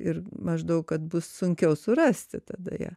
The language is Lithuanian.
ir maždaug kad bus sunkiau surasti tada ją